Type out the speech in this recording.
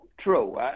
true